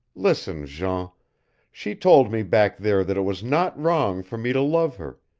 listen, jean she told me back there that it was not wrong for me to love her,